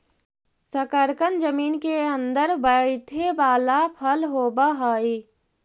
शकरकन जमीन केअंदर बईथे बला फल होब हई